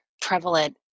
prevalent